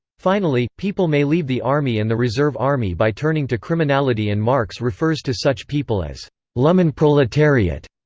finally, people may leave the army and the reserve army by turning to criminality and marx refers to such people as lumpenproletariat.